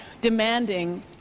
demanding